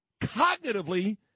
cognitively